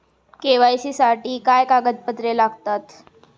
KYC साठी काय कागदपत्रे लागतात?